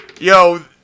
yo